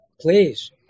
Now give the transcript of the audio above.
Please